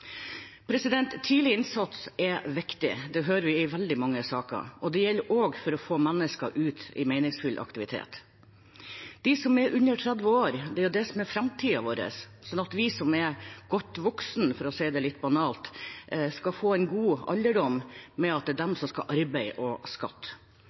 selv. Tidlig innsats er viktig. Det hører vi i veldig mange saker. Det gjelder også for å få mennesker ut i meningsfylt aktivitet. De som er under 30 år, er jo framtiden vår. Det er de som skal arbeide og betale skatt, sånn at vi som er godt voksne, skal få en god alderdom – for å si det litt banalt. Ordningen skal